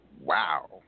Wow